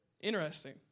Interesting